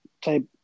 type